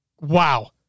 wow